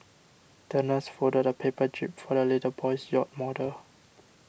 the nurse folded a paper jib for the little boy's yacht model